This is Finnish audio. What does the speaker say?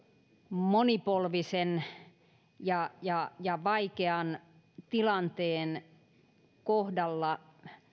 monipolvisen ja ja vaikean tilanteen kohdalla